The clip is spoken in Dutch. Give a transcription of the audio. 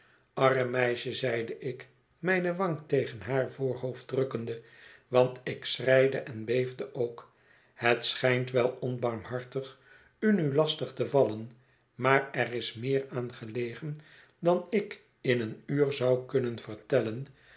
arm meisje zeide ik mijne wang tegen haar voorhoofd drukkende want ik schreide en beefde ook het schijnt wel onbarmhartig u nu lastig te vallen maar er is meer aan gelegen dan ik in een uur zou kunnen vertellen